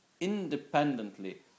independently